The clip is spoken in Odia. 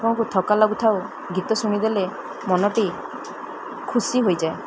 ଆପଣଙ୍କୁ ଥକା ଲାଗୁଥାଉ ଗୀତ ଶୁଣିଦେଲେ ମନଟି ଖୁସି ହୋଇଯାଏ